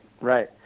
right